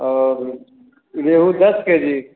और रेवु दस के जी